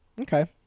Okay